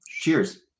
cheers